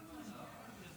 בבקשה.